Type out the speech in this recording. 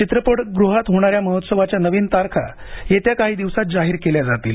चित्रपटगृहात होणाऱ्या महोत्सवाच्या नवीन तारखा येत्या काही दिवसात जाहीर केल्या जाती